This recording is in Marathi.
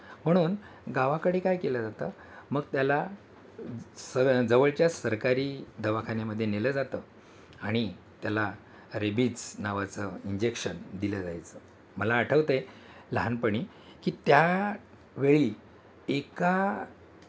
म्हणून गावाकडे काय केलं जातं मग त्याला स जवळच्या सरकारी दवाखान्यामध्ये नेलं जातं आणि त्याला रेबीज नावाचं इंजेक्शन दिलं जायचं मला आठवतं आहे लहानपणी की त्यावेळी एका